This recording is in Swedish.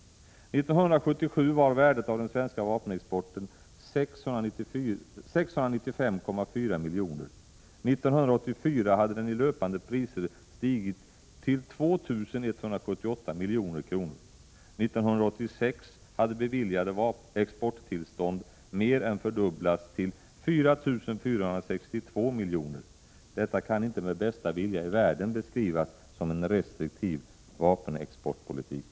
1977 var värdet av den svenska vapenexporten 695,4 milj.kr. 1984 hade den i löpande priser stigit till 2 178 milj.kr. 1986 hade beviljade exporttillstånd mer än fördubblats till 4 462 miljoner. Detta kan inte med bästa vilja i världen beskrivas som en restriktiv vapenexportpolitik.